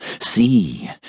See